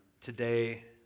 today